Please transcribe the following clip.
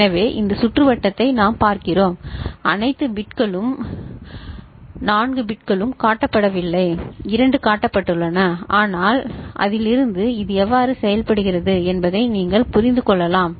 எனவே இந்த சுற்றுவட்டத்தை நாம் பார்க்கிறோம் அனைத்து 4 பிட்களும் காட்டப்படவில்லை இரண்டு காட்டப்பட்டுள்ளன ஆனால் அதிலிருந்து இது எவ்வாறு செயல்படுகிறது என்பதை நீங்கள் புரிந்து கொள்ளலாம்